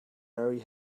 mary